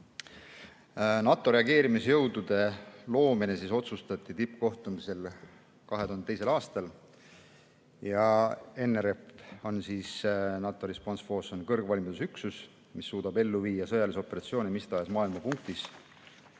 NATO reageerimisjõudude loomine otsustati tippkohtumisel 2002. aastal. NRF (NATO Response Force) on kõrgvalmiduse üksus, mis suudab ellu viia sõjalisi operatsioone mis tahes maailma punktis.